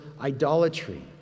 idolatry